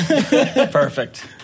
Perfect